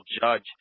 judge